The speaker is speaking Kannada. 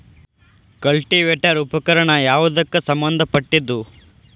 ಕಲ್ಟಿವೇಟರ ಉಪಕರಣ ಯಾವದಕ್ಕ ಸಂಬಂಧ ಪಟ್ಟಿದ್ದು?